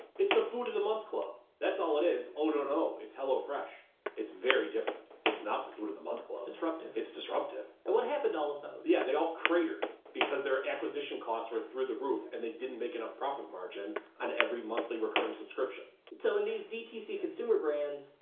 it's the food of the month club. that's all it is. oh, no, no, it's hello fresh. it's very different. it's not the food of the month club. it's disruptive. it's disruptive. and what happened to all of those? yeah, they all cratered, because their acquisition costs were through the roof, and they didn't make enough profit margin on every monthly recurring subscription. so in these dtc consumer brands,